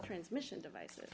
transmission devices